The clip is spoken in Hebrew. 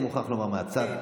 אני מוכרח לומר מהצד.